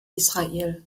israel